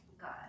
God